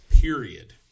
period